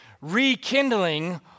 rekindling